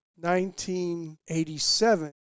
1987